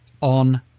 on